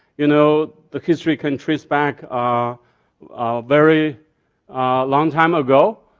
you know the history can trace back ah ah very long time ago,